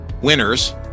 winners